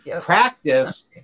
Practice